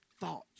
thoughts